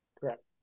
Correct